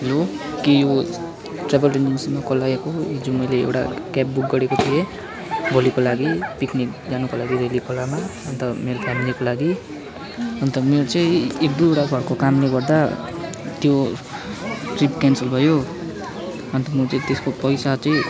hello के यो travel एजेन्सीमा कल लागेको हो हिजो मैले एउटा क्याब बुक गरेको थिएँ भोलिको लागि पिकनिक जानको लागि रेली खोलामा अन्त मेरो फेमिलीको लागि अन्त म चाहिँ एक दुईवडा घरको कामले गर्दा त्यो ट्रिप क्यान्सल भयो अन्त म चाहिँ त्यसको पैसा चाहिँ